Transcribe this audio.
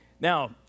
Now